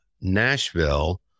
Nashville